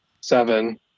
Seven